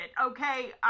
okay